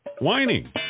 whining